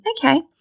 Okay